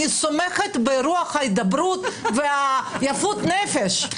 אני סומכת ברוח ההידברות ויפות הנפש.